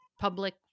public